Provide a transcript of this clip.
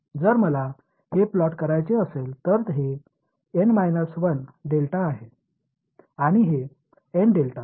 जर मला हे प्लॉट करायचे असेल तर हे आहे आणि हे बरोबर आहे